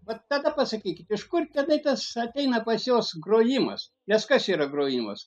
vat tada pasakykit iš kur tenai tas ateina pas juos grojimas nes kas yra grojimas